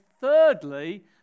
thirdly